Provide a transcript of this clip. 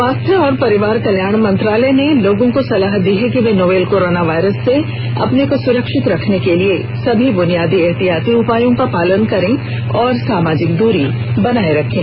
स्वास्थ्य और परिवार कल्याण मंत्रालय ने लोगों को सलाह दी है कि वे नोवल कोरोना वायरस से अपने को सुरक्षित रखने के लिए सभी बुनियादी एहतियाती उपायों का पालन करें और सामाजिक दूरी बनाए रखें